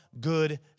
good